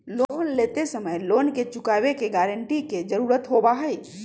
loan लेते समय loan चुकावे के गारंटी के जरुरत होबा हई